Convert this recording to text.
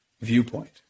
viewpoint